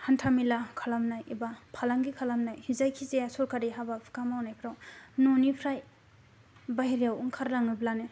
हान्थामेला खालामनाय एबा फालांगि खालामनाय एबा जायखि जाया सरकारि बे हाबा हुखा मावनायफ्राव न'निफ्राय बाहायरायाव आंखारलाङोब्लानो